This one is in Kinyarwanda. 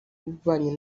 ububanyi